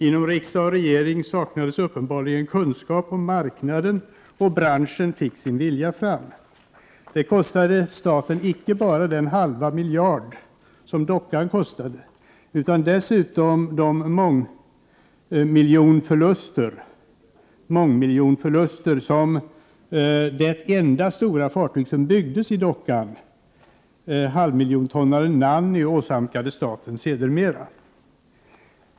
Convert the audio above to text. Inom riksdag och regering saknades uppenbarligen kunskap om marknaden, och branschen fick sin vilja fram. Detta kostade staten inte bara den halva miljard som dockan kostade, utan man drabbades dessutom av de mångmiljonförluster som det enda stora fartyg som byggdes i dockan — halvmiljontonnaren Nanny — åsamkade staten sedermera.